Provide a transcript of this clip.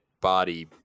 body